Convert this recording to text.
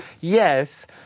yes